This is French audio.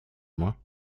moins